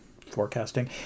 forecasting